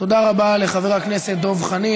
תודה רבה לחבר הכנסת דב חנין.